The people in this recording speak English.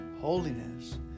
holiness